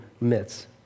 myths